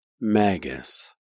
Magus